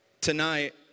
tonight